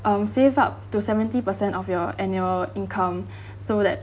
um save up to seventy percent of your annual income so that